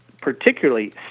particularly